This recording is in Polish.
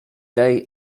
tej